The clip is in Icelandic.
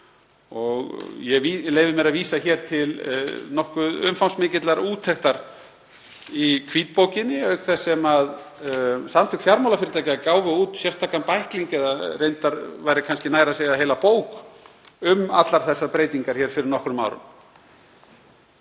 Ég leyfi mér að vísa hér til nokkuð umfangsmikillar úttektar í hvítbókinni auk þess sem Samtök fjármálafyrirtækja gáfu út sérstakan bækling, eða reyndar væri kannski nær að segja heila bók, um allar þessar breytingar fyrir nokkrum árum.